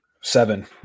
Seven